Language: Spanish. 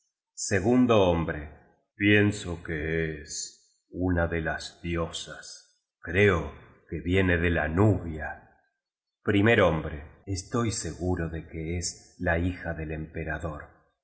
segundo hombre pienso que es una de las diosas creo que viene de la nubia primer hombre estoy seguro de que es la hija del empe